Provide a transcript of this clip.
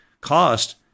cost